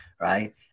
right